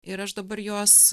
ir aš dabar juos